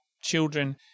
children